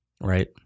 Right